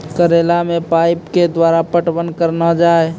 करेला मे पाइप के द्वारा पटवन करना जाए?